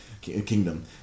kingdom